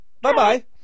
Bye-bye